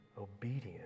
obedient